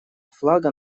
флага